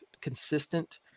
consistent